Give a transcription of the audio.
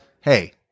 Hey